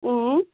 اۭں